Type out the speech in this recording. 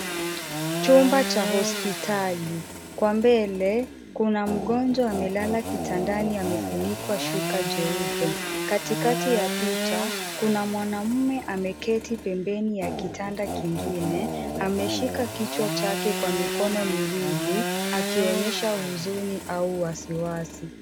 Chumba cha hospitali. Kwa mbele kuna mgonjwa amelala kitandani amefunikwa shuka jeupe. Katikati ya picha kuna mwanaume ameketi pembeni ya kitanda kingine, ameshika kichwa chake kwa mikono miwili akionyesha huzuni au wasiwasi.